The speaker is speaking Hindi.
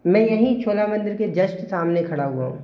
मैं यहीं छोला मंदिर के जस्ट सामने खड़ा हुआ हूँ